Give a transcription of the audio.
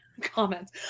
comments